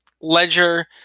Ledger